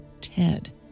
Ted